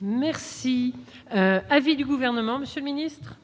Merci, avis du gouvernement, Monsieur le Ministre.